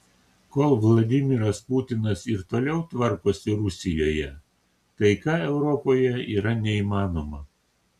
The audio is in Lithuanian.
kol vladimiras putinas ir toliau tvarkosi rusijoje taika europoje yra neįmanoma